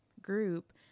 group